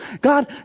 God